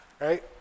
Right